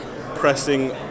Pressing